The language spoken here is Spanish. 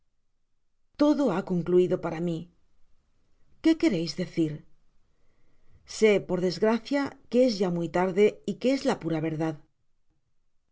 todo ha concluido para mi qué queréis decir só por desgracia que es ya muy tar de y que es la pura verdad